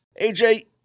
AJ